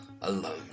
alone